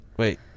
Wait